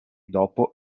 dopo